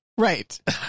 right